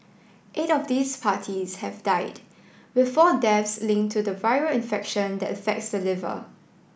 eight of these parties have died with four deaths linked to the viral infection that affects the liver